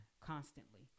constantly